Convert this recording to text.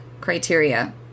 criteria